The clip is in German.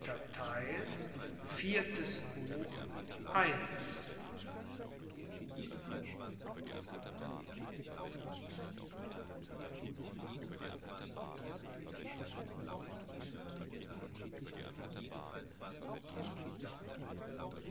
viertes buch das